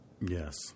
Yes